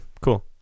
cool